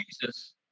Jesus